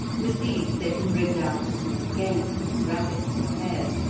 with these they can bring down small game, as rabbits or hares,